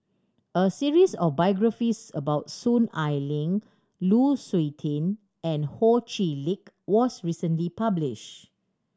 a series of biographies about Soon Ai Ling Lu Suitin and Ho Chee Lick was recently published